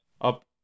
up